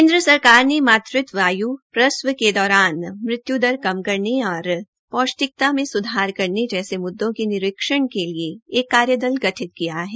केन्द्र सरकार ने मातृत्व की आयु प्रसव के दौरान मृत्यु दर कम करने और पौष्टिकता में सुधार करने जैसे मुद्दों के निरीक्षण के लिए एक कार्य दल गठित किया है